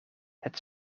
het